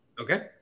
Okay